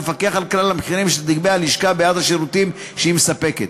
לפקח על כלל המחירים שתגבה הלשכה בעד השירותים שהיא מספקת.